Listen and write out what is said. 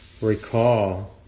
recall